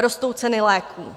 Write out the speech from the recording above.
Rostou ceny léků.